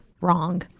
wrong